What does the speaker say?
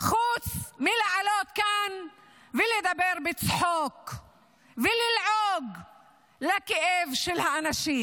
חוץ מלעלות לכאן ולדבר בצחוק וללעוג לכאב של האנשים,